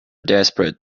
desperate